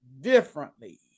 differently